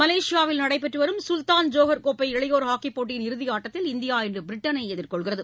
மலேசியாவில் நடைபெற்றுவரும் Sultan Johor கோப்பை இளையோர் ஹக்கிப் போட்டியின் இறுதி ஆட்டத்தில் இந்தியா இன்று பிரிட்டனை எதிர்கொள்கிறது